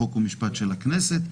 חוק ומשפט של הכנסת.